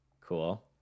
cool